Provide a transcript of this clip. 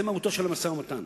זו מהותו של המשא-ומתן.